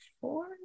four